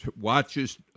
watches